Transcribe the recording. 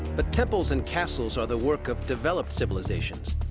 but temples and castles are the work of developed civilizations,